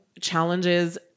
challenges